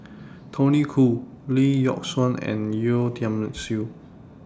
Tony Khoo Lee Yock Suan and Yeo Tiam Siew